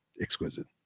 exquisite